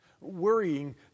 Worrying